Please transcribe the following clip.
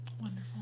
Wonderful